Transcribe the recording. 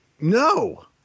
No